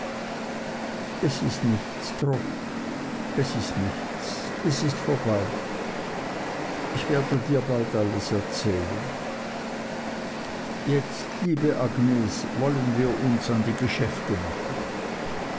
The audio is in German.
es ist nichts trot es ist nichts es ist vorbei ich werde dir bald alles erzählen jetzt liebe agnes wollen wir uns an die geschäfte machen